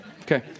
Okay